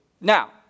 Now